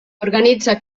organitza